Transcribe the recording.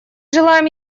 желаем